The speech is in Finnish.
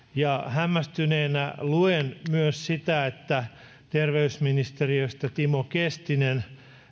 hämmästyneenä luen myös että sosiaali ja terveysministeriöstä timo kestinen